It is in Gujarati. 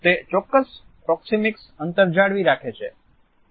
તે ચોક્ક્સ પ્રોક્સિમિક અંતર જાળવી રાખે છે